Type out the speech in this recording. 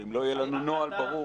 ואם לא יהיה לנו נוהל ברור.